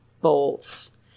bolts